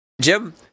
Jim